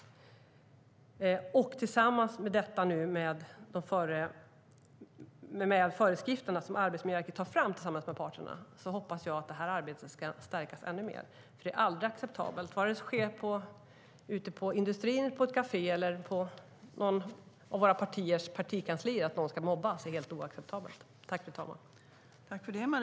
Jag hoppas att det här arbetet ska stärkas ännu mer i och med föreskrifterna som Arbetsmiljöverket tar fram med parterna. Det är aldrig acceptabelt att någon mobbas, vare sig det sker ute på industrin, på ett kafé eller på något av våra partikanslier.